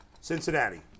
Cincinnati